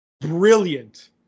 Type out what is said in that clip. brilliant